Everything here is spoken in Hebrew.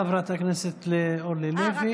תודה, חברת הכנסת אורלי לוי.